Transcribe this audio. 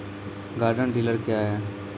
Garden tiller क्या हैं?